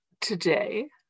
Today